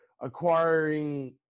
acquiring